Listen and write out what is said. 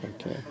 okay